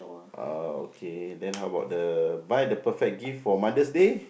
uh okay then how about the buy the perfect gift for Mother's Day